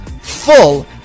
full